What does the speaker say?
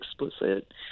explicit